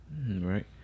right